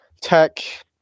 Tech